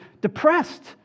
depressed